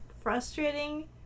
frustrating